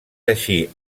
així